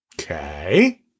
Okay